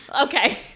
Okay